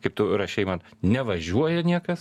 kaip tu rašei man nevažiuoja niekas